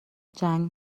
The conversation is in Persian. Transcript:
جنگ